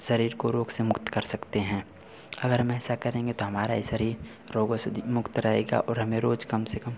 शरीर को रोग से मुक्त कर सकते हैं अगर हम ऐसा करेंगे तो हमारा ही शरीर रोगों से दी मुक्त रहेगा और हमें रोज़ कम से कम